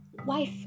wife